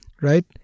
right